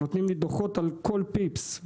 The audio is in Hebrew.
ונותנים לי דו"חות על כל פיפס,